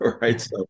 right